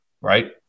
right